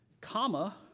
Comma